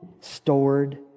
stored